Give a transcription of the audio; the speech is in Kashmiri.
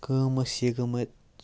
کٲم ٲس یہِ گٔمٕژ